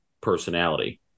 personality